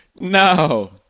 no